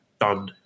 done